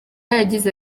yagize